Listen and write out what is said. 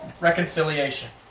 Reconciliation